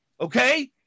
okay